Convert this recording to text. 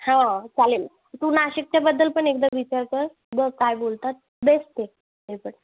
हं चालेल तू नाशिकच्याबद्दल पण एकदा विचार कर बघ काय बोलतात बेस्ट आहे ते पण